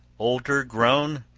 older grown,